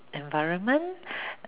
environment